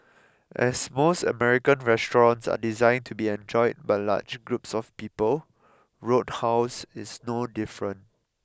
as most American restaurants are designed to be enjoyed by large groups of people roadhouse is no different